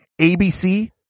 ABC